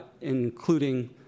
including